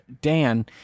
Dan